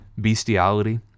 Bestiality